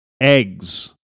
eggs